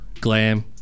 glam